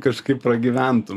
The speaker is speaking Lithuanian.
kažkaip pragyventum